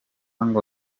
ngo